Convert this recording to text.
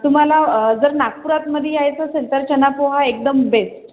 तुम्हाला जर नागपुरात मध्ये यायचं असेल तर चनापोहा एकदम बेस्ट